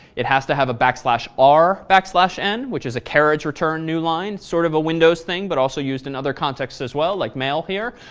it has to have a backslash r backslash n, which is a carriage return new line, sort of a windows thing, but also used in other context as well, like mail here.